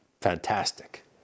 fantastic